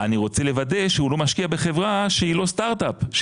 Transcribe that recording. אני רוצה לוודא שהוא לא משקיע בחברה שהיא לא סטארט אפ.